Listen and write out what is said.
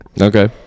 okay